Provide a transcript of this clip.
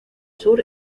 sur